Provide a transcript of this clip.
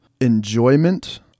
Enjoyment